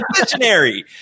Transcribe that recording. visionary